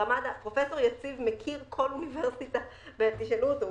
פרופ' יציב מכיר כל אוניברסיטה תשאלו אותו,